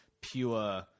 pure